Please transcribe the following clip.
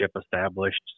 established